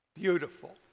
Beautiful